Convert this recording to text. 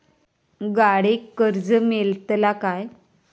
गाडयेक कर्ज मेलतला काय?